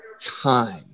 time